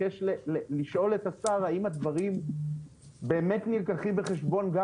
לשאול את השר האם הדברים באמת נלקחים בחשבון גם